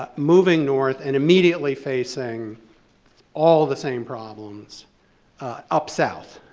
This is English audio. but moving north and immediately facing all of the same problems up south,